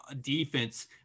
defense